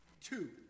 Two